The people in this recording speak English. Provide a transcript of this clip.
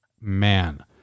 man